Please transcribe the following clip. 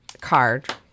Card